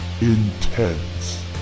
Intense